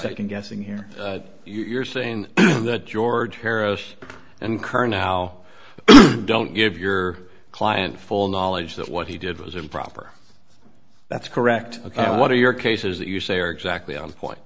second guessing here you're saying that george harris and current how don't give your client full knowledge that what he did was improper that's correct what are your cases that you say are exactly on point